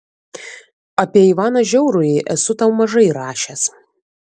apie ivaną žiaurųjį esu tau mažai rašęs